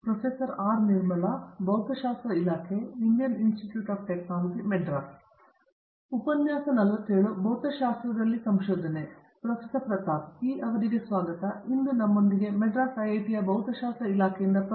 Pratap Haridoss hello ನಮ್ಮೊಂದಿಗೆ ಮದ್ರಾಸ್ ಐಐಟಿಯ ಭೌತಶಾಸ್ತ್ರ ಇಲಾಖೆಯಿಂದ ಪ್ರೊ